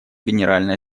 генеральной